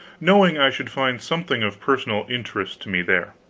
knowing i should find something of personal interest to me there.